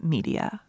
Media